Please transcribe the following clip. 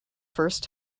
first